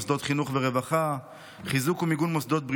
מוסדות חינוך ורווחה,